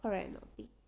correct not babe